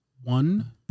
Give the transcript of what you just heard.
One